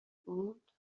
بود